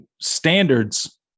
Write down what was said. standards